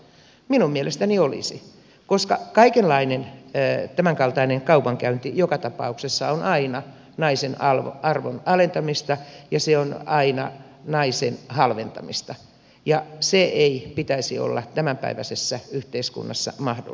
minun mielestäni olisi koska kaikenlainen tämänkaltainen kaupankäynti joka tapauksessa on aina naisen arvon alentamista ja se on aina naisen halventamista ja sen ei pitäisi olla tämänpäiväisessä yhteiskunnassa mahdollista